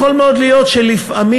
יכול מאוד להיות שלפעמים,